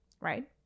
right